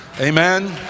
Amen